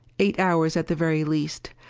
eight hours at the very least.